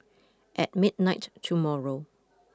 at midnight tomorrow